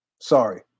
Sorry